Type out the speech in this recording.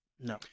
No